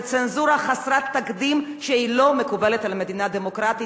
זו צנזורה חסרת תקדים שלא מקובלת על מדינה דמוקרטית.